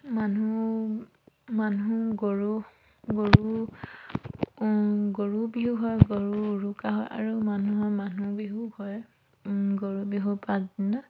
মানুহ মানুহ গৰু গৰু গৰুবিহু হয় গৰু উৰুকা হয় আৰু মানুহৰ মানুহবিহু হয় গৰুবিহুৰ পাছদিনা